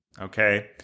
okay